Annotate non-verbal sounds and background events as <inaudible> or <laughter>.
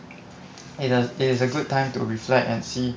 <noise> it is it is a good time to reflect and see